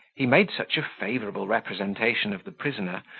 he made such a favourable representation of the prisoner,